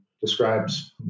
describes